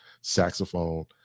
saxophone